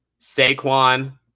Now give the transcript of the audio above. saquon